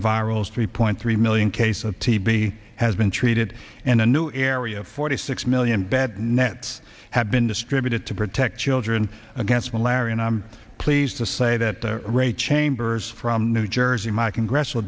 virals three point three million cases tb has been treated and a new area of forty six million bed nets have been distributed to protect children against malaria and i'm pleased to say that ray chambers from new jersey my congressional